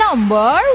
Number